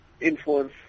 influence